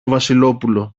βασιλόπουλο